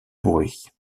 bruit